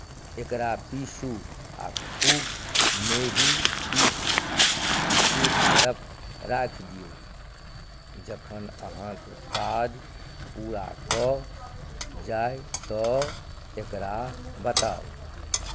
एकरा पीसू आ खूब मेही पीसि एक तरफ राखि दियौ जखन अहाँके काज पूरा कऽ जाय तऽ एकरा बताउ